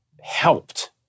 helped